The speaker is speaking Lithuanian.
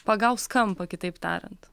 pagaus kampą kitaip tariant